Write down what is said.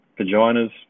vaginas